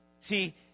see